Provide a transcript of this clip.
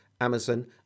amazon